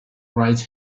right